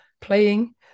playing